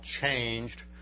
changed